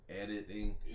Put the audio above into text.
editing